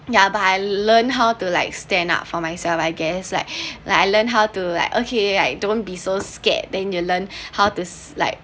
ya but I learned how to like stand up for myself I guess like like I learned how to like okay I don't be so scared then you learn how to like